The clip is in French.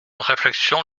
réflexion